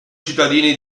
cittadini